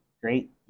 great